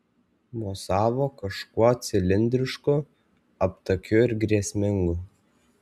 mosavo kažkuo cilindrišku aptakiu ir grėsmingu